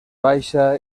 baixa